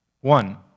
One